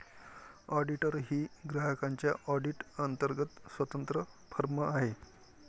auditor ही ग्राहकांच्या audit अंतर्गत स्वतंत्र फर्म आहे